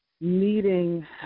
meeting